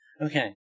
Okay